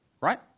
right